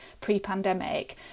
pre-pandemic